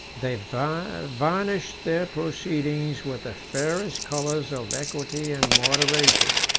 they varnished their proceedings with the fairest colors of equity and moderation.